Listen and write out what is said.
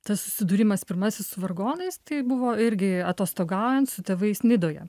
tas susidūrimas pirmasis su vargonais tai buvo irgi atostogaujant su tėvais nidoje